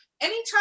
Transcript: anytime